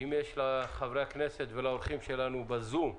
יוניס איתנו בזום בהאזנה.